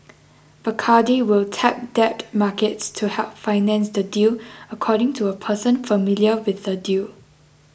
Bacardi will tap debt markets to help finance the deal according to a person familiar with the deal